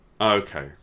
Okay